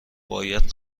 باید